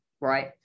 right